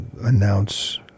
announce